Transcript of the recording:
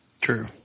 True